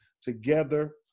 together